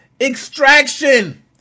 extraction